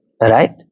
Right